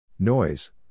Noise